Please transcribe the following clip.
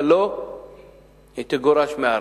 ולא היא תגורש מהארץ,